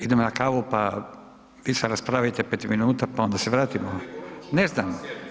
Idem na kavu, pa vi se raspravite 5 minuta pa onda se vratimo, ne znam.